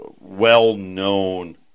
well-known